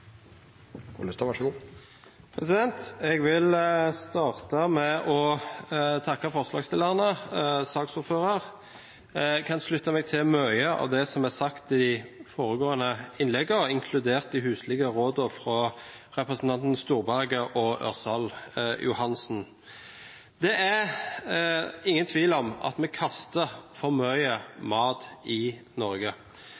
Jeg vil starte med å takke forslagsstillerne. Jeg kan slutte meg til mye av det som er sagt i de foregående innleggene, inkludert de huslige rådene fra representantene Storberget og Ørsal Johansen. Det er ingen tvil om at vi kaster for mye mat i Norge.